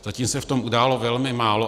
Zatím se v tom udělalo velmi málo.